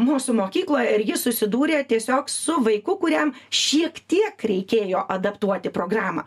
mūsų mokykloje ir ji susidūrė tiesiog su vaiku kuriam šiek tiek reikėjo adaptuoti programą